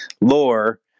lore